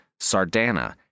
Sardana